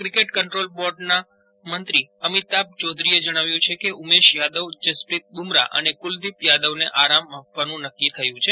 cricket control બોર્ડના મંત્રી અમિતાભ ચૌધરીએ જણાવ્યું છે કે ઉમેશ યાદવ જસપ્રિત બુમરાહ અને કુલદીપ યાદવને આરામ આપવાનું નક્કી થયું છે